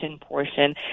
portion